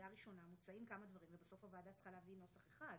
הודעה ליושב-ראש ועדת הכנסת חבר הכנסת ניר אורבך,